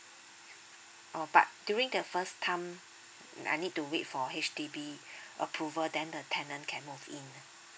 oh but during the first time I need to wait for H_D_B approval then the tenant can move in ah